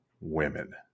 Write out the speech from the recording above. women